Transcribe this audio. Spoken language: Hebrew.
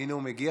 הינה הוא מגיע.